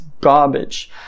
garbage